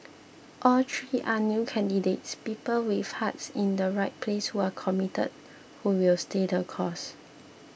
all three are new candidates people with hearts in the right place who are committed who will stay the course